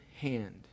hand